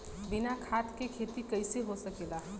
बिना खाद के खेती कइसे हो सकेला?